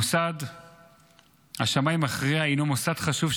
מוסד השמאי המכריע הינו מוסד חשוב,